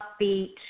upbeat